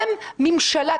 אתם ממשלה.